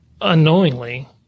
unknowingly